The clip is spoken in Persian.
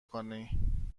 کنی